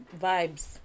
vibes